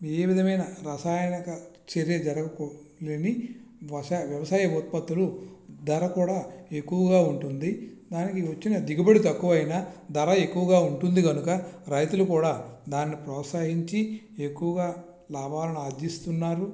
ఏ విధమైన రసాయనిక చర్య జరుగకు లేని వ్యవసాయ ఉత్పత్తులు ధర కూడా ఎక్కువగా ఉంటుంది దానికి వచ్చిన దిగుబడి తక్కువైనా ధర ఎక్కువగా ఉంటుంది కనుక రైతులు కూడా దానిని ప్రోత్సహించి ఎక్కువగా లాభాలను ఆర్జిస్తున్నారు